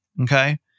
Okay